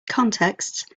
contexts